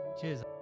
Cheers